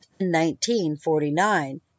1949